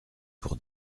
pour